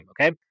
okay